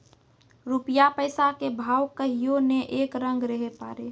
रूपया पैसा के भाव कहियो नै एक रंग रहै पारै